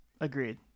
Agreed